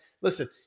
Listen